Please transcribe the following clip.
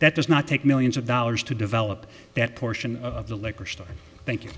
that does not take millions of dollars to develop that portion of the liquor store